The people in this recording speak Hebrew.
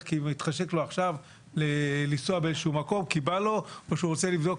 כי מתחשק לו עכשיו לנסוע באיזשהו מקום או כי הוא רוצה לבדוק